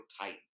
tight